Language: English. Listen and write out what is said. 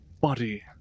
body